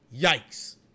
yikes